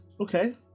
Okay